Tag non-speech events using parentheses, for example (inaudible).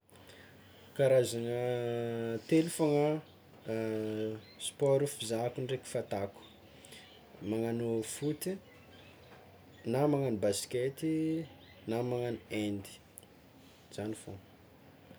Karazagna telo fôgna (hesitation) sport fizahavako ndraiky fataoko, magnagno foot, na magnagno baskety na magnagno hand, zagny fôgna.